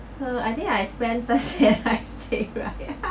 uh I think I spend